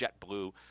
JetBlue